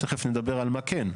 תיכף נדבר על מה כן.